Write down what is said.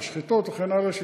משחטות וכן הלאה,